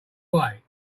way